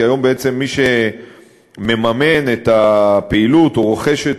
כי היום בעצם מי שמממן את הפעילות או רוכש את